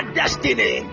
destiny